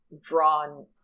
drawn